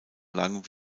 lang